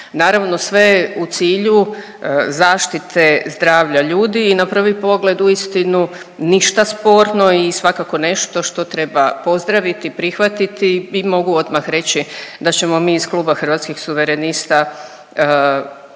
naravno sve u cilju zaštite zdravlja ljudi i na prvi pogled uistinu ništa sporno i svakako nešto što treba pozdraviti, prihvatiti i mogu odmah reći da ćemo mi iz kluba Hrvatskih suverenista